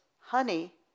honey